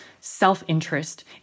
Self-interest